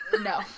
No